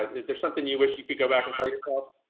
is there something you wish you could go back and tell yourself?